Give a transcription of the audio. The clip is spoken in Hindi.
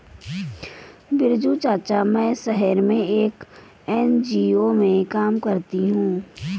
बिरजू चाचा, मैं शहर में एक एन.जी.ओ में काम करती हूं